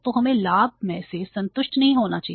तो हमें लाभ से संतुष्ट नहीं होना चाहिए